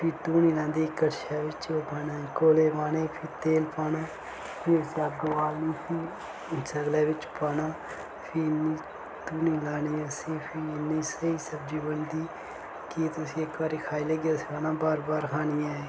फ्ही धूनी लांदे कड़शै बिच्च ओह् पाना कोयले पाने फिर तेल पाना फ्ही अग्ग बालनी फ्ही सगले बिच्च पाना फ्ही धूनी लाने असें फ्ही इन्नी स्हेई सब्जी बनदी कि तुस इक बार खाई लैगे तुसें आखना बार बार खानी ऐ एह्